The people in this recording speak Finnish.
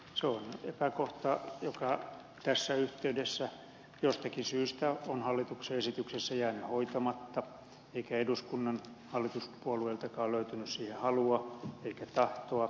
se on epäkohta joka tässä yhteydessä jostakin syystä on hallituksen esityksessä jäänyt hoitamatta eikä eduskunnan hallituspuolueiltakaan löytynyt siihen halua eikä tahtoa